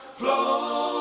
flow